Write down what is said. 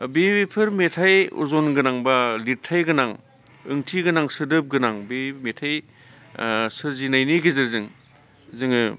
बेफोर मेथाइ अजन गोनां बा लिरथाइ गोनां ओंथि गोनां सोदोब गोनां बे मेथाइ सोरजिनायनि गेजेरजों जोङो